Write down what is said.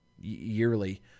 yearly